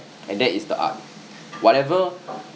and that is the art whatever